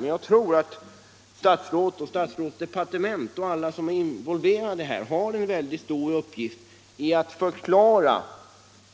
Men jag tror att statsrådet och departementet och över huvud taget alla som är involverade har en mycket stor uppgift när det gäller att förklara